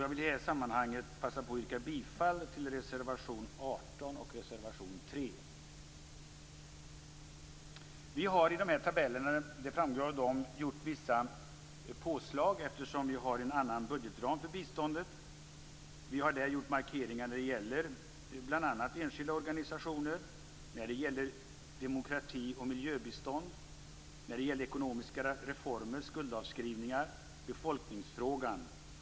Jag vill i det här sammanhanget passa på att yrka bifall till reservationerna 18 och 3. Av tabell 6 framgår vissa påslag som vi har gjort, i och med att vi har en annan budgetram för bistånd. Vi har gjort markeringar när det gäller bl.a. enskilda organisationer, demokrati och miljöbistånd, ekonomiska reformer, skuldavskrivningar och befolkningsfrågan.